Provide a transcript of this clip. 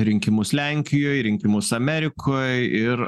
rinkimus lenkijoj rinkimus amerikoj ir